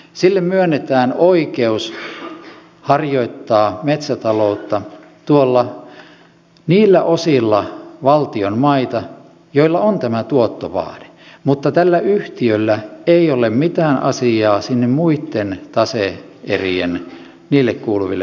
sille myönnetään oikeus harjoittaa metsätaloutta niillä osilla valtion maita joilla on tämä tuottovaade mutta tällä yhtiöllä ei ole mitään asiaa sinne muille tase erille kuuluville alueille